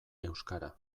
euskara